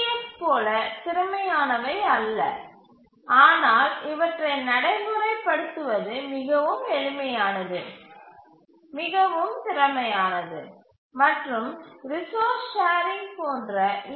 F போல திறமையானவை அல்ல ஆனால் இவற்றை நடைமுறைப்படுத்துவது மிகவும் எளிமையானது மிகவும் திறமையானது மற்றும் ரிசோர்ஸ் ஷேரிங் போன்ற ஈ